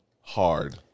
Hard